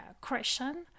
question